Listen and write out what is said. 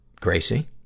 Gracie